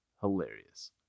Hilarious